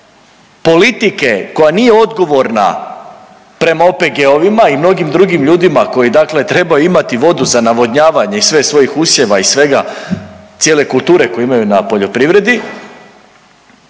politike koja nije odgovorna prema OPG-ovima i mnogim drugim ljudima koji dakle trebaju imati vodu za navodnjavanje i sve svojih usjeva i svega, cijele kulture koje imaju na poljoprivredi,